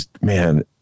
man